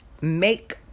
make